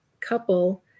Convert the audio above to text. couple